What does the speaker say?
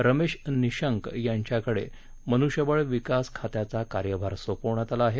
रमेश निशांक यांच्याकडे मनुष्यबळ विकास खात्याचा कार्यभार सोपवण्यात आला आहे